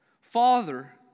Father